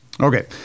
Okay